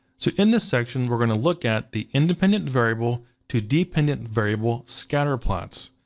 so in this section, we're gonna look at the independent variable to dependent variable scatterplots.